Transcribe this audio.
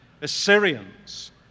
Assyrians